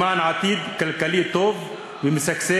למען עתיד כלכלי טוב ומשגשג,